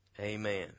Amen